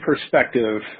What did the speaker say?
perspective